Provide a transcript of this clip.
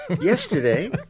Yesterday